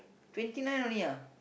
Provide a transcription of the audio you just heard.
twenty nine only ah